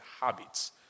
habits